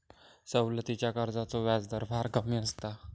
सवलतीच्या कर्जाचो व्याजदर फार कमी असता